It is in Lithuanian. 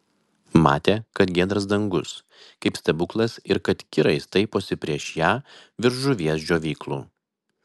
matė kad giedras dangus kaip stebuklas ir kad kirai staiposi prieš ją virš žuvies džiovyklų